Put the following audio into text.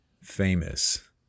famous